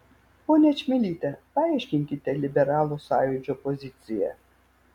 ponia čmilyte paaiškinkite liberalų sąjūdžio poziciją